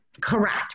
Correct